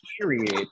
Period